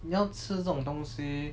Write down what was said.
你要吃这种东西